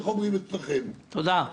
תודה.